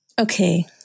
Okay